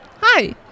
Hi